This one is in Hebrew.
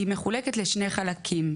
והיא מחולקת לשני חלקים: